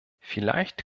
vielleicht